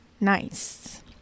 nice